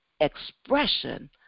expression